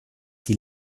die